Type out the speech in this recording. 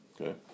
okay